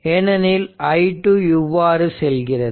ஏனெனில் i2 இவ்வாறு செல்கிறது